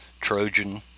Trojan